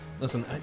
Listen